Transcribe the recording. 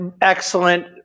Excellent